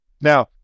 Now